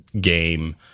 game